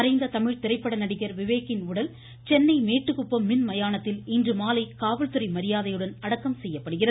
மறைந்த தமிழ் திரைப்பட நடிகர் விவேக்கின் உடல் சென்னை மேட்டுக்குப்பம் மின்மயானத்தில் இன்றுமாலை காவல்துறை மரியாதையுடன் அடக்கம் செய்யப்படுகிறது